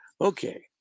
okay